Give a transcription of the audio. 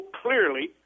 clearly